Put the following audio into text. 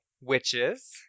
witches